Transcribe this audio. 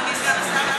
אדוני סגן השר.